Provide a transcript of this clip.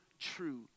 true